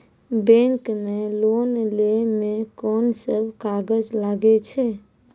Bank मे loan लै मे कोन सब कागज लागै छै?